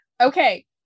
Okay